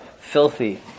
filthy